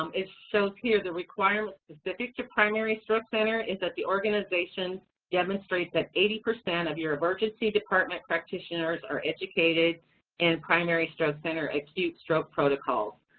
um so here, the requirement specific to primary stroke center is that the organization demonstrates that eighty percent of your emergency department practitioners are educated in primary stroke center acute stroke protocol.